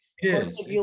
Yes